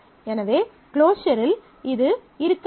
எனவே க்ளோஸர் இல் இது இருக்க வேண்டும்